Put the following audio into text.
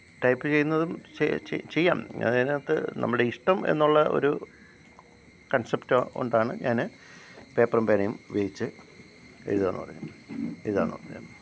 type ചെയ്യുന്നതും ചെയ്യാം അത് അതിനകത്ത് നമ്മളുടെ ഇഷ്ടം എന്നുള്ള ഒരു കണ്സപ്റ്റ് കൊണ്ടാണ് ഞാൻ പേപ്പറും പേനയും ഉപയോഗിച്ചു എഴുതാമെന്ന് പറഞ്ഞത് എഴുതാമെന്ന് പറഞ്ഞത്